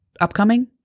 upcoming